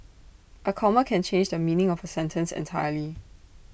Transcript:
A comma can change the meaning of A sentence entirely